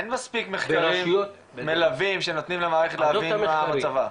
אין מספיק מחקרים מלווים שנותנים למערכת להבין מה מצבה,